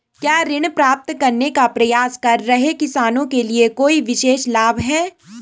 क्या ऋण प्राप्त करने का प्रयास कर रहे किसानों के लिए कोई विशेष लाभ हैं?